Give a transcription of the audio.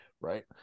right